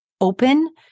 open